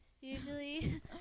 Usually